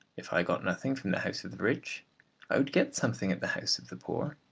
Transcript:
if i got nothing from the house of the rich i would get something at the house of the poor.